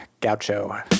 Gaucho